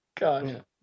God